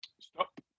Stop